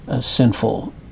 sinful